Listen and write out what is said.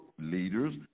leaders